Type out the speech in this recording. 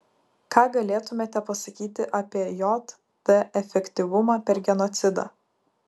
ką galėtumėte pasakyti apie jt efektyvumą per genocidą